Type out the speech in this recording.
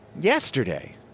yesterday